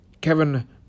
Kevin